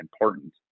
important